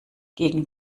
gegen